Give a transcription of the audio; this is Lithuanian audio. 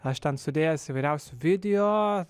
aš ten sudėjęs įvairiausių video